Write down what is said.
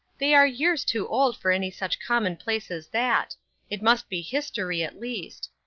they are years too old for any such common-place as that it must be history, at least.